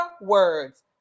words